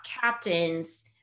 captains